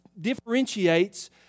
differentiates